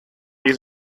die